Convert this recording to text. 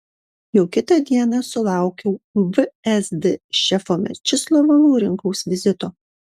jau kitą dieną sulaukiau vsd šefo mečislovo laurinkaus vizito